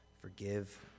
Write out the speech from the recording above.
forgive